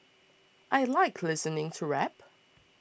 I like listening to rap